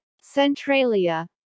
centralia